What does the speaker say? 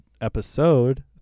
episode